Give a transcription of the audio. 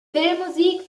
filmmusik